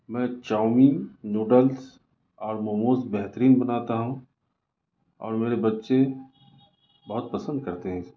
میں chow mein noodles اور موموز بہترین بناتا ہوں اور میرے بچے بہت پسند کرتے ہیں اسے